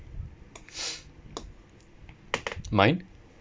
mine